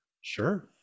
Sure